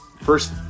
first